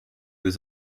was